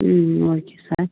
ம் ம் okay sir